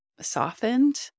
softened